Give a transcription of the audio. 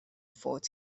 فوت